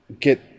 get